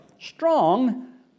strong